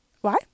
Why